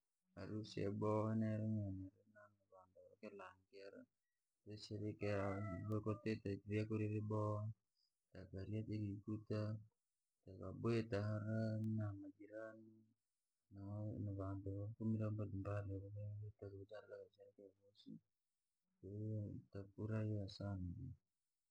Harusi yaboha nira yane, tukasherekea kwatite vyakurya vyaboha, tikii kuta tukabwira hara majirani, va vantu vyaukokuli kwahiyo tukafurahia sana.